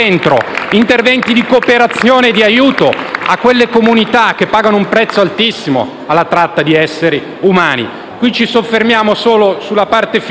interventi di cooperazione e di aiuto a quelle comunità che pagano un prezzo altissimo alla tratta di esseri umani. Qui ci soffermiamo solo sulla parte finale,